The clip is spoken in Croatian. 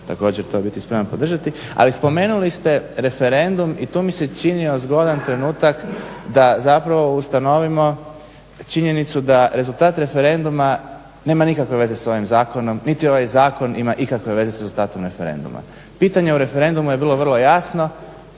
također to biti spreman podržati. Ali spomenuli ste referendum i tu mi se činio zgodan trenutak da zapravo ustanovimo činjenicu da rezultat referenduma nema nikakve veze s ovim zakonom, niti ovaj zakon ima ikakve veze s rezultatom referenduma. Pitanje u referendumu je bilo vrlo jasno,